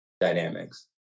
dynamics